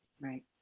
Right